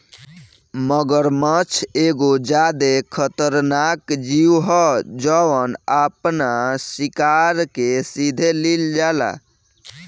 मगरमच्छ एगो ज्यादे खतरनाक जिऊ ह जवन आपना शिकार के सीधे लिल जाला